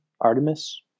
Artemis